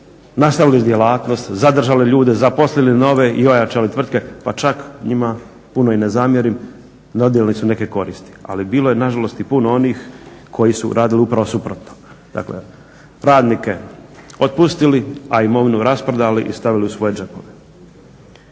nastavili djelatnost, zadržali ljude, zaposlili nove i ojačali tvrtke pa čak njima puno i ne zamjerim, donijeli su neke koristi. Ali bilo je nažalost i puno onih koji su radili upravo suprotno, dakle radnike otpustili, a imovinu rasprodali i stavili u svoje džepove.